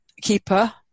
keeper